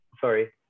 Sorry